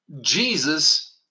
Jesus